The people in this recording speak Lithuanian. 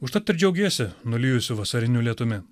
užtat ir džiaugiesi nulijusiu vasariniu lietumi